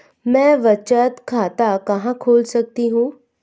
मैं बचत खाता कहां खोल सकती हूँ?